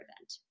event